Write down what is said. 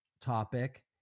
topic